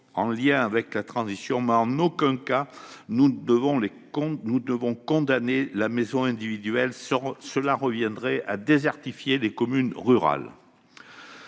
en lien avec la transition, mais en aucun cas nous ne devons condamner la maison individuelle, car cela reviendrait à désertifier les communes rurales.